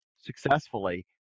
successfully